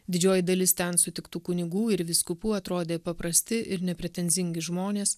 didžioji dalis ten sutiktų kunigų ir vyskupų atrodė paprasti ir nepretenzingi žmonės